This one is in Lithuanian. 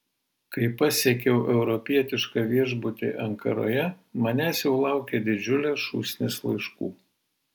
kai pasiekiau europietišką viešbutį ankaroje manęs jau laukė didžiulė šūsnis laiškų